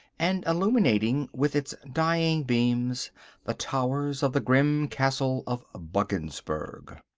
and illuminating with its dying beams the towers of the grim castle of buggensberg.